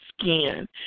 skin